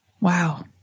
Wow